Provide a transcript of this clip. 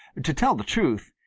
to tell the truth,